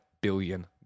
billion